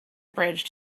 bridge